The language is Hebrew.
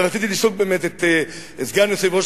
ורציתי לשאול באמת את סגן יושב-ראש